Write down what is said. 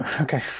okay